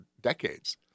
decades